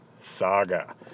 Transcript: Saga